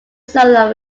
solo